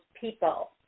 people